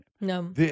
No